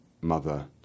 mother